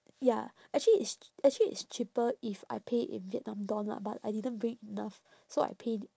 ya actually it's ch~ actually it's cheaper if I pay in vietnam dong lah but I didn't bring enough so I paid